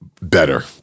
better